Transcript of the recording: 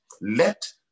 Let